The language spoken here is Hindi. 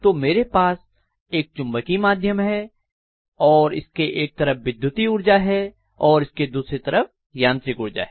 तो मेरे पास एक चुंबकीय माध्यम है और इसके एक तरफ विद्युत ऊर्जा है और इसके दूसरी तरफ यांत्रिक ऊर्जा है